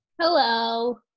Hello